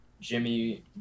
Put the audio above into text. Jimmy